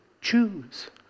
Choose